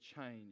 change